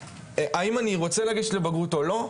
האם אני רוצה לגשת לבגרות או לא,